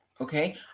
Okay